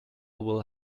will